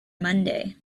monday